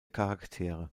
charaktere